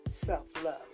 self-love